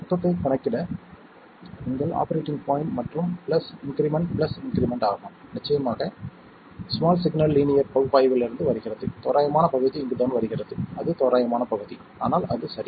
மொத்தத்தை கணக்கிட நீங்கள் ஆபரேட்டிங் பாய்ண்ட் மற்றும் பிளஸ் இன்க்ரிமெண்ட் பிளஸ் இன்க்ரிமெண்ட் ஆகும் நிச்சயமாக ஸ்மால் சிக்னல் லீனியர் பகுப்பாய்விலிருந்து வருகிறது தோராயமான பகுதி இங்குதான் வருகிறது அது தோராயமான பகுதி ஆனால் அது சரி